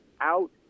out